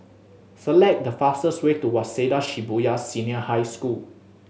select the fastest way to Waseda Shibuya Senior High School